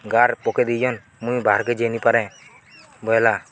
ଗାର୍ ପକେଇ ଦେଇଛନ୍ ମୁଇଁ ବାହାରକେ ଯାଇ ନାଇଁ ପାରେ ବୋଇଲା